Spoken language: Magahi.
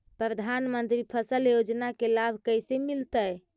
प्रधानमंत्री फसल योजना के लाभ कैसे मिलतै?